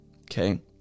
Okay